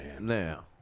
now